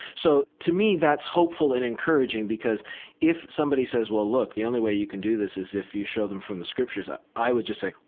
so, to me, that's hopeful and encouraging because if somebody says, well, look, the only way you can do this is if you show them from the scriptures i i would just say,